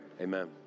amen